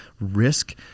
risk